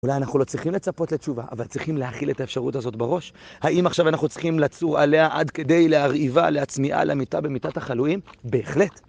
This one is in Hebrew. אולי אנחנו לא צריכים לצפות לתשובה, אבל צריכים להכיל את האפשרות הזאת בראש? האם עכשיו אנחנו צריכים לצור עליה עד כדי להרעיבה, להצמיאה להמיתה במיתת תחלואים? בהחלט.